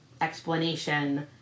explanation